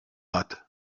bat